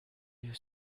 you